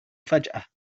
فجأة